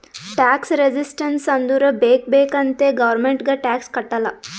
tax resistance ಅಂದುರ್ ಬೇಕ್ ಬೇಕ್ ಅಂತೆ ಗೌರ್ಮೆಂಟ್ಗ್ ಟ್ಯಾಕ್ಸ್ ಕಟ್ಟಲ್ಲ